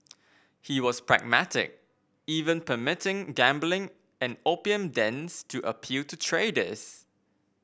he was pragmatic even permitting gambling and opium dens to appeal to traders